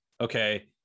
okay